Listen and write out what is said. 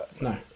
No